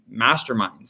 masterminds